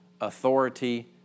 authority